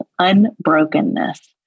unbrokenness